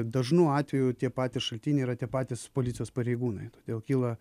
dažnu atveju tie patys šaltiniai yra tie patys policijos pareigūnai todėl kyla